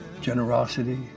generosity